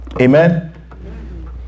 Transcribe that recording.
Amen